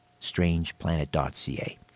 strangeplanet.ca